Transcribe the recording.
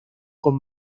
con